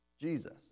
Jesus